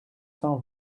cent